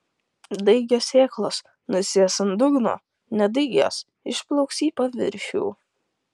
daigios sėklos nusės ant dugno nedaigios išplauks į paviršių